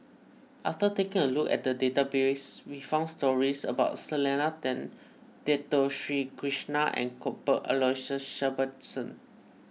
after taking a look at the database we found stories about Selena Tan Dato Sri Krishna and Cuthbert Aloysius Shepherdson